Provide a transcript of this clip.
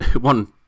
one